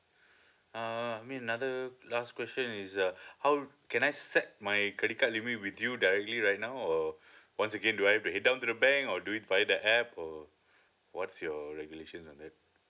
uh I mean another last question is uh how can I set my credit card limit with you directly right now or once again do I need to head down to the bank or do it via the app or what's your regulations on that